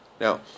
Now